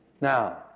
Now